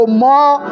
more